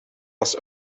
was